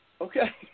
okay